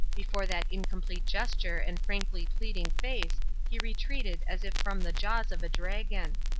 before that incomplete gesture and frankly pleading face he retreated as if from the jaws of a dragon.